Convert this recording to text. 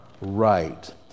right